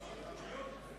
נגד.